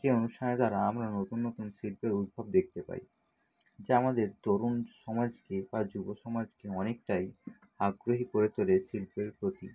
যে অনুষ্ঠানের দ্বারা আমরা নতুন নতুন শিল্পের উদ্ভব দেখতে পাই যা আমাদের তরুণ সমাজকে বা যুব সমাজকে অনেকটাই আগ্রহী করে তোলে শিল্পের প্রতি